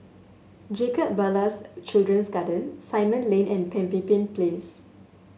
Jacob Ballas Children's Garden Simon Lane and Pemimpin Place